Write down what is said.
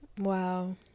wow